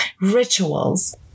rituals